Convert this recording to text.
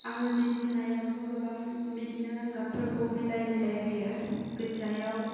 आङो जि सुनायावथ' गोबां बिदिनो गाबफोरखौ मिलाय मिलाय होयो गोज्जायाव